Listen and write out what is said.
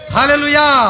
Hallelujah